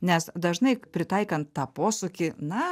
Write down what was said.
nes dažnai pritaikan tą posakį na